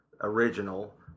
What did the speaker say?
original